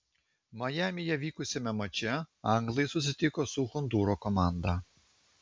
majamyje vykusiame mače anglai susitiko su hondūro komanda